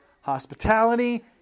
hospitality